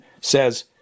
says